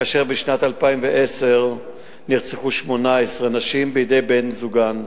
כאשר בשנת 2010 נרצחו 18 נשים בידי בני-זוגן,